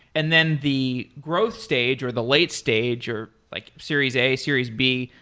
and then the growth stage or the late stage or like series a, series b,